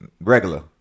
regular